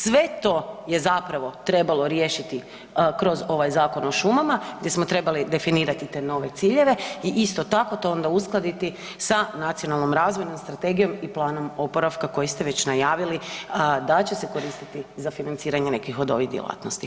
Sve to je zapravo trebalo riješiti kroz ovaj Zakon o šumama gdje smo trebali definirati te nove ciljeve i isto tako to onda uskladiti sa nacionalnom razvojnom strategijom i planom oporavka koji ste već najavili da će se koristiti za financiranje nekih od ovih djelatnosti.